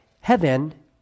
Heaven